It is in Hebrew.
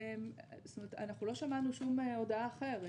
לא שמענו שום הודעה אחרת.